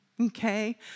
Okay